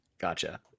Gotcha